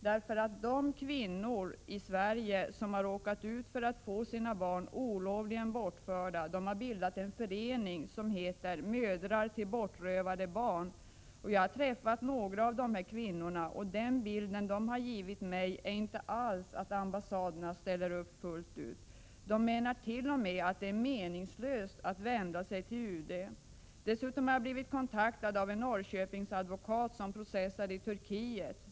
De kvinnor i Sverige 5 5 4 : z i Ö Om rättsskyddet för som har råkat ut för att få sina barn olovligen bortförda har bildat en va öra fn ä s åa barn i äktenskap förening, som heter Mödrar till bortrövade barn. Jag har träffat några av mellan svenskar dessa kvinnor, och den bild de har givit mig är inte alls att ambassaderna ställer upp fullt ut. De här kvinnorna menar t.o.m. att det är meningslöst att vända sig till UD. Dessutom har jag blivit kontaktad av en Norrköpingsadvokat som processat i Turkiet.